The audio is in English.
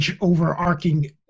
overarching